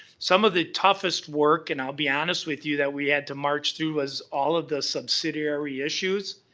some of the toughest work and i'll be honest with you, that we had to march through, was all of the subsidiary issues,